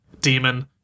demon